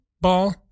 ball